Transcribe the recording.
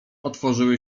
otworzyły